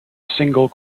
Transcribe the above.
single